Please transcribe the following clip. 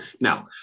Now